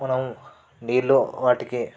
మనం నీళ్ళు వాటికి